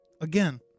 Again